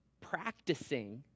practicing